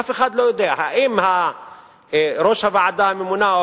אף אחד לא יודע אם ראש הוועדה הממונה